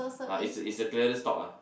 ah is a is a clearance stock ah